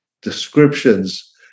descriptions